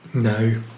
No